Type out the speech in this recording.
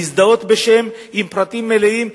להזדהות בשם עם פרטים מלאים,